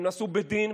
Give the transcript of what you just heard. והם נעשו בדין,